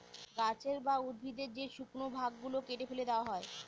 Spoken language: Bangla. গাছের বা উদ্ভিদের যে শুকনো ভাগ গুলো কেটে ফেলে দেওয়া হয়